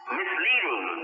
misleading